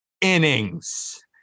innings